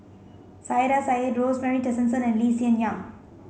Saiedah Said Rosemary Tessensohn and Lee Hsien Yang